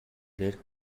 дээр